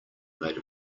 made